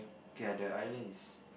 okay ah the island is